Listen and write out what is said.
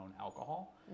alcohol